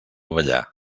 ballar